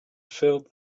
filled